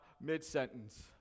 mid-sentence